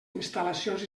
instal·lacions